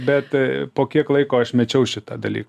bet po kiek laiko aš mečiau šitą daly